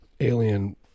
alien